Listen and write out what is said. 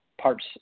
parts